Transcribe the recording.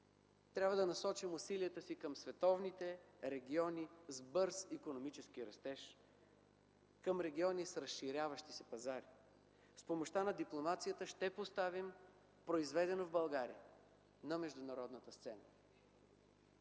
Трябва да насочим усилията си към световните региони с бърз икономически растеж, към региони с разширяващи се пазари. С помощта на дипломацията ще поставим „Произведено в България” на международната сцена.